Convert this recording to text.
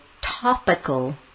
topical